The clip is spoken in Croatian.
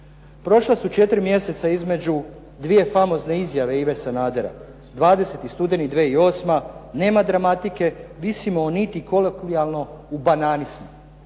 Prošla su 4 mjeseca između dvije famozne izjave Ive Sanadera. 20. studeni 2008., nema dramatike, visimo o niti, kolokvijalno, u banani smo.